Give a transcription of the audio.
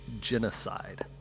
genocide